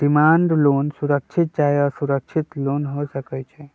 demand loan सुरक्षित चाहे असुरक्षित लोन हो सकइ छै